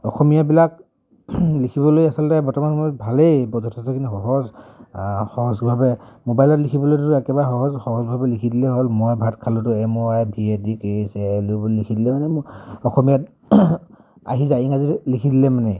অসমীয়াবিলাক লিখিবলৈ আচলতে বৰ্তমান সময়ত ভালেই যথেষ্টখিনি সহজ সহজভাৱে মোবাইলত লিখিবলৈতো একেবাৰে সহজ সহজভাৱে লিখি দিলেই হ'ল মই ভাত খালোঁতো এম অ' আই ভি দিলে মানে মোৰ অসমীয়াত আহি যায় ইংৰাজী লিখি দিলে মানে